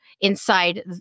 inside